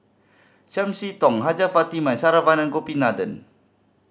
Chiam See Tong Hajjah Fatimah and Saravanan Gopinathan